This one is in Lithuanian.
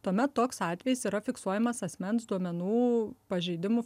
tuomet toks atvejis yra fiksuojamas asmens duomenų pažeidimų